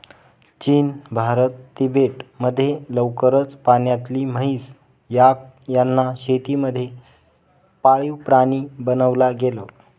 चीन, भारत, तिबेट मध्ये लवकरच पाण्यातली म्हैस, याक यांना शेती मध्ये पाळीव प्राणी बनवला गेल